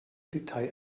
detail